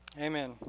Amen